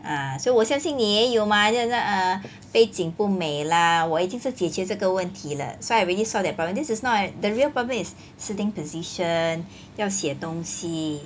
ah 所以我相信你也有 mah 就好像 ah 背景不美 lah 我已经是解决这个问题了 so I already solve that problem this is not the the real problem is sitting position 要写东西